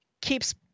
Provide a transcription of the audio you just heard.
keeps